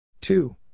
two